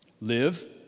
Live